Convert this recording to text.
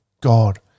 God